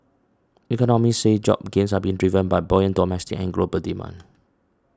economists say job gains are being driven by buoyant domestic and global demand